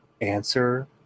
answer